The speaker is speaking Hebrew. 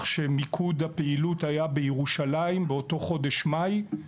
שמיקוד הפעילות היה בירושלים באותו חודש מאי,